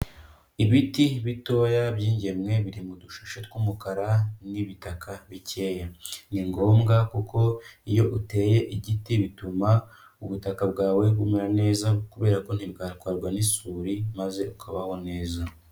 Ibiti bitoya by'ingemwe biri mu dushashi tw'umukara n'ibitaka bikeya. Ni ngombwa kuko iyo uteye igiti bituma ubutaka bwawe bumera neza kubera ko ntibwatwarwa n'isuri maze ukabaho neza.